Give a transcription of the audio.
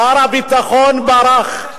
שר הביטחון ברח.